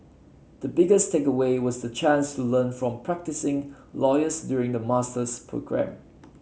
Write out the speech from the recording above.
the biggest takeaway was the chance to learn from practising lawyers during the master's programme